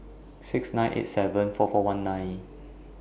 six nine eight seven four four one nine